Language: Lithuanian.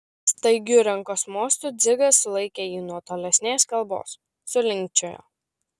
staigiu rankos mostu dzigas sulaikė jį nuo tolesnės kalbos sulinkčiojo